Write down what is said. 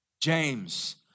James